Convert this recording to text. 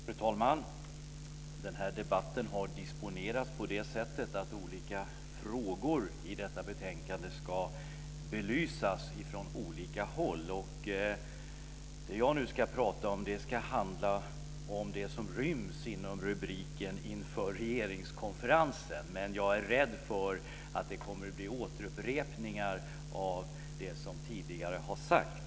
Fru talman! Den här debatten har disponerats på det sättet att olika frågor i detta betänkande ska belysas från olika håll. Det som jag ska ta upp ryms under rubriken Inför regeringskonferensen. Jag är rädd för att det kommer att bli en del återupprepningar av sådant som tidigare har sagts.